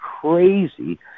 crazy